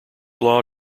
law